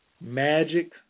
magic